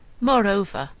moreover,